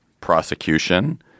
prosecution